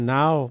now